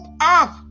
up